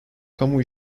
kamu